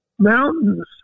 mountains